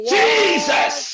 Jesus